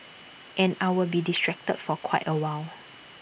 and I will be distracted for quite A while